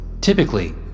typically